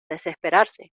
desesperarse